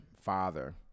father